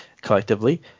collectively